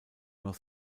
noch